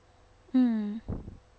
mm